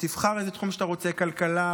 ותבחר איזה תחום שאתה רוצה: כלכלה,